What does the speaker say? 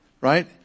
right